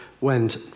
went